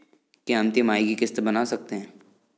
क्या हम तिमाही की किस्त बना सकते हैं?